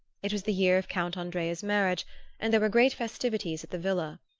it was the year of count andrea's marriage and there were great festivities at the villa.